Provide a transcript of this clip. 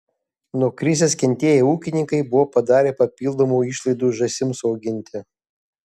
nuo krizės kentėję ūkininkai buvo padarę papildomų išlaidų žąsims auginti